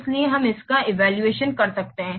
इसलिए हम इसका इवैल्यूएशन कर सकते हैं